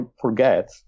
forget